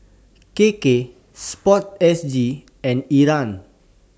K K Sport S G and IRAS